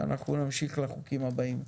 אנחנו נמשיך לחוקים הבאים.